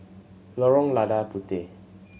Lorong Lada Puteh